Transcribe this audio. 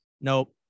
Nope